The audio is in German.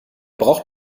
braucht